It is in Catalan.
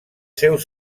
seus